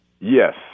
Yes